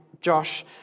Josh